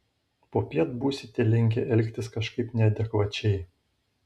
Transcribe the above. popiet būsite linkę elgtis kažkaip neadekvačiai